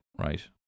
right